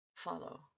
Follow